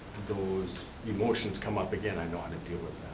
those emotions come up again i know how to deal with